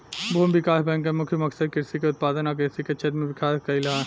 भूमि विकास बैंक के मुख्य मकसद कृषि के उत्पादन आ कृषि के क्षेत्र में विकास कइल ह